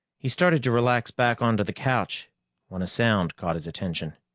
he started to relax back onto the couch when a sound caught his attention,